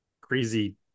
crazy